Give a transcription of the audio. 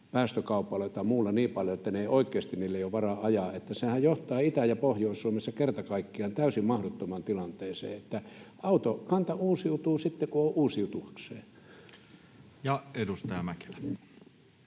päästökaupalla tai muulla niin paljon, että oikeasti niillä ei ole varaa ajaa. Sehän johtaa Itä‑ ja Pohjois-Suomessa kerta kaikkiaan täysin mahdottomaan tilanteeseen. Autokanta uusiutuu sitten, kun on uusiutuakseen. [Speech